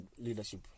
leadership